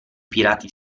pirati